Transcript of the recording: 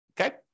okay